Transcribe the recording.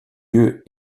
lieu